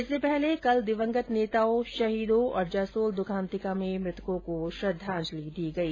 इससे पहले कल दिवंगत नेताओं शहीदों और जसोल द्खंतिका में मृतको को श्रद्दाजंलि दी गई